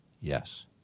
yes